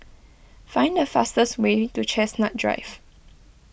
find the fastest way to Chestnut Drive